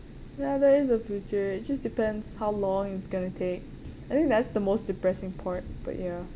nah there is a future it just depends how long it's going to take I think that's the most depressing part but ya